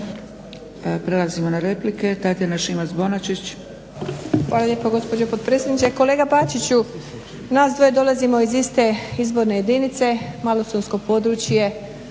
**Šimac Bonačić, Tatjana (SDP)** Hvala lijepo gospođo potpredsjednice. Kolega Bačiću nas dvoje dolazimo iz iste izborne jedinice malostonsko područje